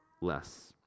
less